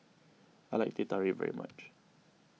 I like Teh Tarik very much